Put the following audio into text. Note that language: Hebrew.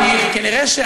אני לא יודע.